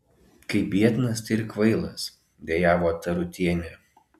kai biednas tai ir kvailas dejavo tarutienė